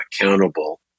accountable